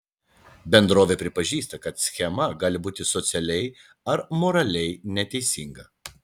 bendrovė pripažįsta kad schema gali būti socialiai ar moraliai neteisinga